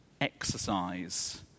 exercise